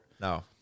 No